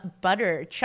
butter